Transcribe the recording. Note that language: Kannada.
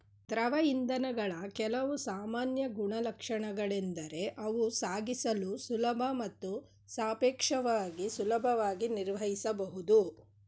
ದ್ರವ ಇಂಧನಗಳ ಕೆಲವು ಸಾಮಾನ್ಯ ಗುಣಲಕ್ಷಣಗಳೆಂದರೆ ಅವು ಸಾಗಿಸಲು ಸುಲಭ ಮತ್ತು ಸಾಪೇಕ್ಷವಾಗಿ ಸುಲಭವಾಗಿ ನಿರ್ವಹಿಸಬಹುದು